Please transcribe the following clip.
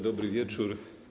Dobry wieczór.